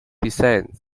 descent